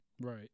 Right